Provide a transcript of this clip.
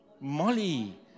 Molly